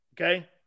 okay